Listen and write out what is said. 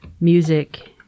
Music